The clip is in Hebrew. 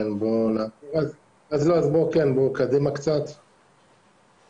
אלה הדוגמאות שדנה ממז"פ